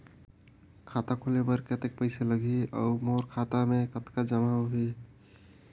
खाता खोले बर कतेक पइसा लगही? अउ मोर खाता मे कतका जमा होही?